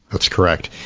that's correct.